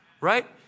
right